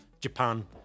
Japan